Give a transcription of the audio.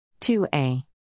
2a